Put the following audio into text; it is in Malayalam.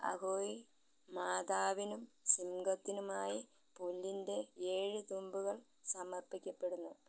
അഹോയ് മാതാവിനും സിംഹത്തിനുമായി പുല്ലിൻ്റെ ഏഴ് തുമ്പുകൾ സമർപ്പിക്കപ്പെടുന്നു